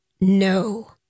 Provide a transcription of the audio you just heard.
no